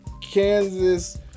Kansas